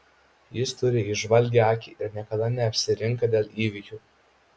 jis turi įžvalgią akį ir niekada neapsirinka dėl įvykių